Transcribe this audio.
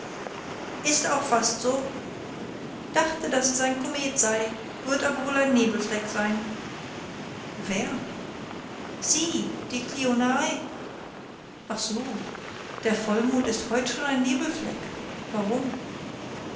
ist auch fast so dachte daß es ein komet sei wird aber wohl ein nebelfleck sein wer sie die kliuna ai ach so der vollmond ist heut schon ein nebelfleck warum